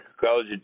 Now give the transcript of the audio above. College